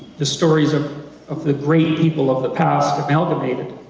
the stories of of the great people of the past amalgamated,